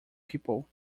people